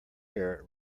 air